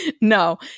No